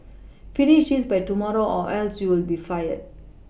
finish this by tomorrow or else you'll be fired